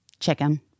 Chicken